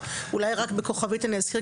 אולי רק בכוכבית אני אזכיר,